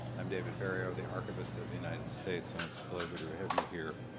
i'm david ferriero the archivist of the united states and it's a pleasure to have you here.